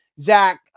Zach